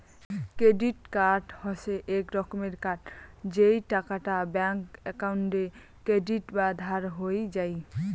credit card হসে এক রকমের কার্ড যেই টাকাটা ব্যাঙ্ক একাউন্টে ক্রেডিট বা ধার হই যাই